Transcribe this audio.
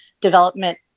development